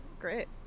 great